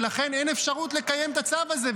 ולכן אין אפשרות לקיים את הצו הזה.